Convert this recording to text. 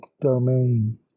domain